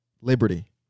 Liberty